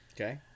Okay